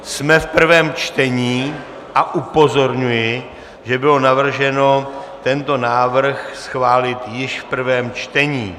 Jsme v prvém čtení a upozorňuji, že bylo navrženo tento návrh schválit již v prvém čtení.